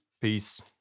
Peace